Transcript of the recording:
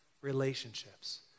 relationships